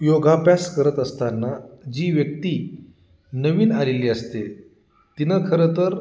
योगाभ्यास करत असताना जी व्यक्ती नवीन आलेली असते तिनं खरं तर